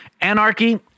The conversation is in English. Anarchy